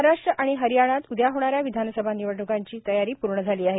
महाराष्ट्र आणि हरियाणात उद्या होणा या विधानसभा निवडण्कांची तयारी पूर्ण झाली आहे